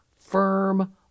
firm